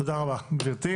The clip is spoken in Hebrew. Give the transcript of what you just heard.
תודה רבה גברתי.